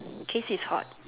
casey is hot